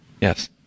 Yes